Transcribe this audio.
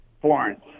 Florence